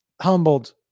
Humbled